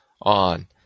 on